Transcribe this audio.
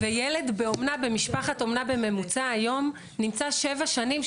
וילד במשפחת אומנה בממוצע היום נמצא שבע שנים,